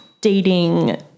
dating